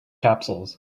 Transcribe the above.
capsules